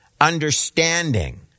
understanding